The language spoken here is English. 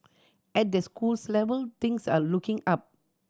at the schools level things are looking up